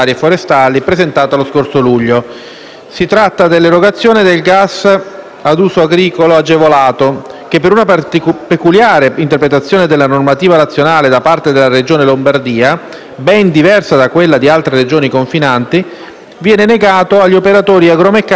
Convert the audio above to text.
Si tratta dell'erogazione del gasolio ad uso agricolo agevolato che, per una peculiare interpretazione della normativa nazionale da parte della Regione Lombardia, ben diversa da quella di altre Regioni confinanti, viene negata agli operatori agromeccanici che agiscono per conto terzi.